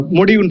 Modi